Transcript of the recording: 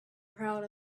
proud